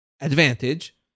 advantage